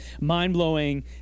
mind-blowing